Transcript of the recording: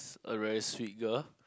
a very sweet girl